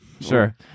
Sure